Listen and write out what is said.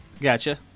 Gotcha